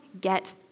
get